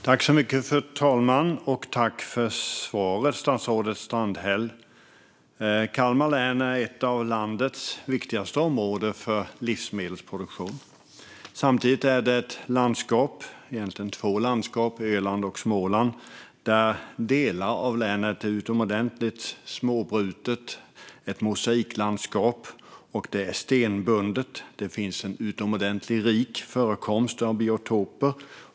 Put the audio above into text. Fru talman! Tack för svaret, statsrådet Strandhäll! Kalmar län är ett av landets viktigaste områden för livsmedelsproduktion. Samtidigt är det ett landskap eller egentligen två landskap, Öland och Småland, med delar som är utomordentligt småbrutna - ett mosaiklandskap. Det är stenbundet med en utomordentligt rik förekomst av biotoper.